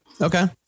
Okay